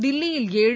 தில்லியில் ஏழு